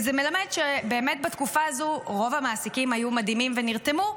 וזה מלמד שבאמת בתקופה הזו רוב המעסיקים היו מדהימים ונרתמו,